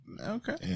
Okay